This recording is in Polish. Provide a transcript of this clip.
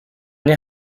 nie